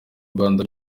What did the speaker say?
rwanda